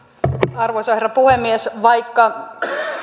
arvoisa herra puhemies vaikka